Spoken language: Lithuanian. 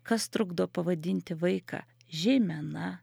kas trukdo pavadinti vaiką žeimena